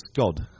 God